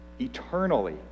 eternally